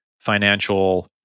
financial